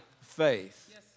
faith